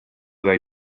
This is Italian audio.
dai